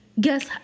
guess